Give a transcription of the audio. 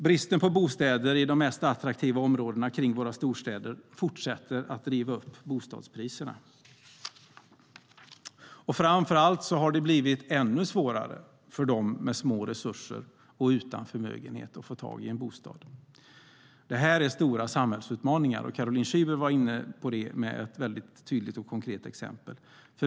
Bristen på bostäder i de mest attraktiva områdena kring våra storstäder fortsätter att driva upp bostadspriserna. Framför allt har det blivit ännu svårare för dem med små resurser och utan förmögenhet att få tag i en bostad. Det här är stora samhällsutmaningar. Caroline Szyber var inne på det med ett väldigt tydligt och konkret exempel.